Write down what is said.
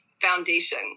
foundation